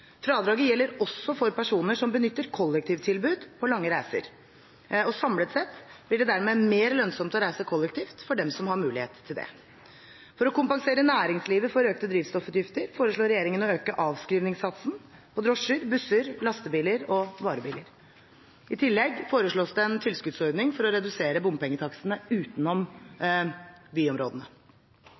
Fradraget gjelder også personer som benytter kollektivtilbud på lange reiser, og samlet sett blir det dermed mer lønnsomt å reise kollektivt for dem som har mulighet til det. For å kompensere næringslivet for økte drivstoffutgifter foreslår regjeringen å øke avskrivningssatsen på drosjer, busser, lastebiler og varebiler. I tillegg foreslås det en tilskuddsordning for å redusere bompengetakstene utenfor byområdene.